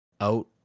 out